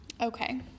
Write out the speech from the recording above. Okay